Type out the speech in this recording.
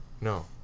No